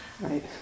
Right